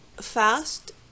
fast